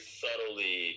subtly